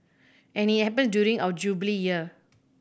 and it happens during our Jubilee Year